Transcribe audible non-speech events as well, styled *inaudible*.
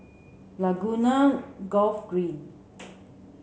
Laguna Golf Green *noise*